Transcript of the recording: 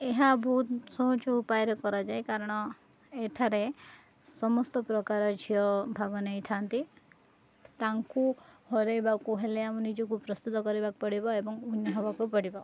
ଏହା ବହୁତ ସହଜ ଉପାୟରେ କରାଯାଏ କାରଣ ଏଠାରେ ସମସ୍ତ ପ୍ରକାର ଝିଅ ଭାଗ ନେଇଥାନ୍ତି ତାଙ୍କୁ ହରେଇବାକୁ ହେଲେ ଆମେ ନିଜକୁ ପ୍ରସ୍ତୁତ କରିବାକୁ ପଡ଼ିବ ଏବଂ ୱିନର ହବାକୁ ପଡ଼ିବ